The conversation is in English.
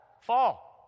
Fall